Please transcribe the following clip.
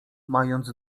mając